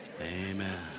Amen